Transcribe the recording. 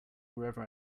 wherever